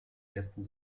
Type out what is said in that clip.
ersten